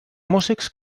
músics